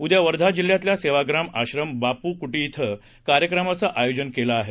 उद्या वर्धा जिल्ह्यातल्या सेवाग्राम आश्रम बापू कुटी िक्र कार्यक्रमाचं आयोजन केलं आहे